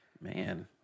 man